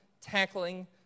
tackling